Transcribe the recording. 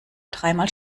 dreimal